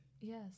Yes